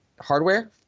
hardware